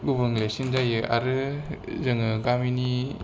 गुबुंलेसिन जायो आरो जोंङो गामिनि